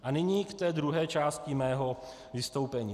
A nyní k té druhé části mého vystoupení.